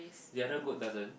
the other goat doesn't